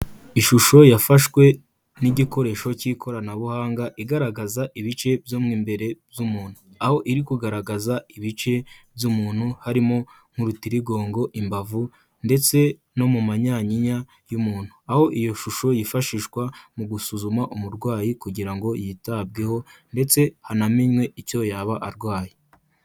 Ishusho yafashwe n'igikoresho cy'ikoranabuhanga, igaragaza ibice byo mo imbere by'umuntu. Aho iri kugaragaza ibice by'umuntu harimo nk'urutirigongo, imbavu ndetse no mu manyanyinya y'umuntu. Aho iyo shusho yifashishwa mu gusuzuma umurwayi kugira ngo yitabweho, ndetse hanamenywe icyo yaba arwaye.